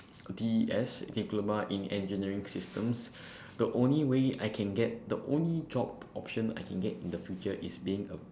D_E_S diploma in engineering systems the only way I can get the only job option I can get in the future is being a